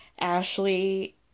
Ashley